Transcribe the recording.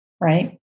Right